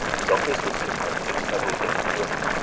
his office was composed of several different rooms,